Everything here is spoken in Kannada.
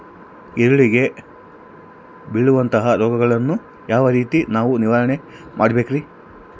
ಈರುಳ್ಳಿಗೆ ಬೇಳುವಂತಹ ರೋಗಗಳನ್ನು ಯಾವ ರೇತಿ ನಾವು ನಿವಾರಣೆ ಮಾಡಬೇಕ್ರಿ?